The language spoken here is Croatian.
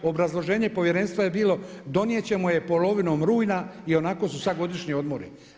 Obrazloženje povjerenstva je bilo donijet ćemo je polovinom rujna, ionako su sad godišnji odmori.